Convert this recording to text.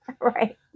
Right